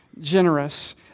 generous